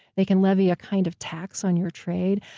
they can levy a kind of tax on your trade.